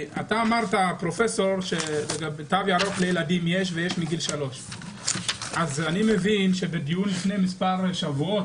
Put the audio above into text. אתה אמרת שתו ירוק לילדים יש והוא מגיל 3. בדיון שהתקיים בוועדת החוקה לפני מספר שבועות,